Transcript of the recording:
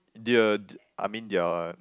their I mean their